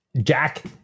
Jack